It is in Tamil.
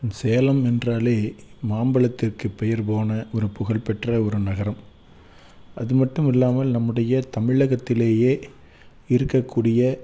சேலம் என்றாலே மாம்பழத்திற்கு பெயர் போன ஒரு புகழ்பெற்ற ஒரு நகரம் அது மட்டும் இல்லாமல் நம்முடைய தமிழகத்திலேயே இருக்கக்கூடிய